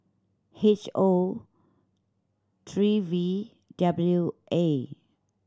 H O three V W A